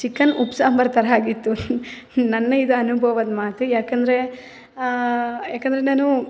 chicken ಉಪ್ಪು ಸಾಂಬಾರು ಥರ ಆಗಿತ್ತು ನನ್ನ ಇದು ಅನುಭವದ ಮಾತು ಯಾಕೆಂದರೆ ಯಾಕೆಂದರೆ ನಾನು